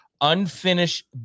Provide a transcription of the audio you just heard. Unfinished